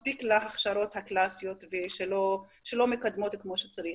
מספיק להכשרות הקלאסיות שלא מקדמות כמו שצריך.